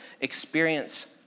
experience